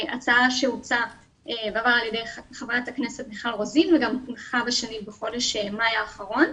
הצעה שהוצעה על ידי חברת הכנסת מיכל רוזן וגם הונחה בחודש מאי האחרון.